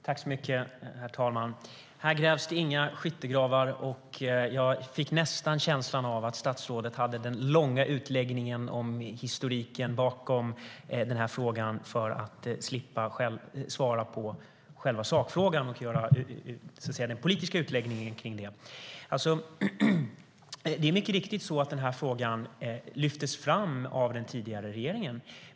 Herr talman! Här grävs inga skyttegravar. Jag fick nästan känslan av att statsrådet hade den långa utläggningen om historiken bakom frågan för att själv slippa svara på sakfrågan och göra den politiska utläggningen kring det. Det är mycket riktigt så att den här frågan lyftes fram av den tidigare regeringen.